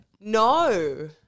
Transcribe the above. No